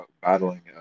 battling